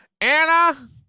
Anna